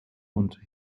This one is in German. und